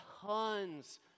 tons